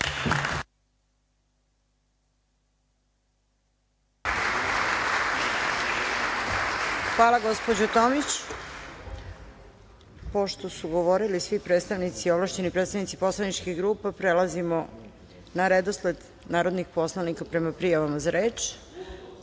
Hvala, gospođo Tomić. Pošto su govorili svi ovlašćeni predstavnici poslaničkih grupa, prelazimo na redosled narodnih poslanika prema prijavama za reč. Reč